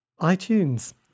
iTunes